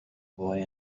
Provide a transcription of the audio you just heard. boy